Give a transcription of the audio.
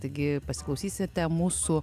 taigi pasiklausysite mūsų